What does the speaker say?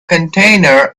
container